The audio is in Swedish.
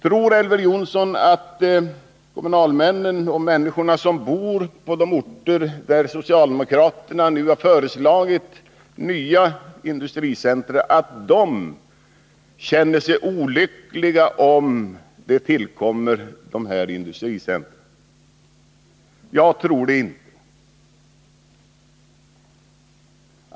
Tror Elver Jonsson att kommunalmännen och människorna som bor på de orter, där socialdemokraterna nu har föreslagit nya industricentra, känner sig olyckliga om de här industricentra tillkommer? Jag tror det inte.